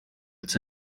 its